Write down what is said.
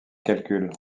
calcul